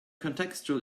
contextual